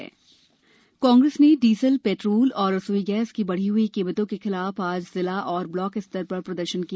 gas Congress प्रदर्शन कांग्रेस ने diesel petrol और रसोई गैस की बढ़ी हुई कीमतों के खिलाफ आज जिला और ब्लाक स्तर पर प्रदर्शन किया